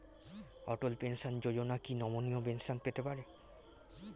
অটল pension যোজনা কি নমনীয় পেনশন পেতে পারে?